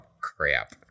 crap